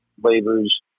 flavors